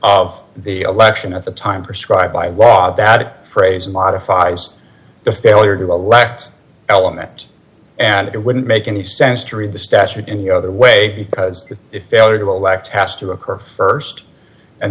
of the election at the time prescribe by law that phrase modifies the failure to elect element and it wouldn't make any sense to read the statute any other way because if f